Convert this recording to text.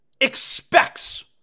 Expects